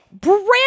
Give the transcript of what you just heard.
brand